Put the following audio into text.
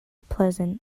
pleasant